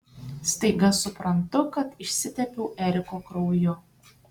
staiga suprantu kad išsitepiau eriko krauju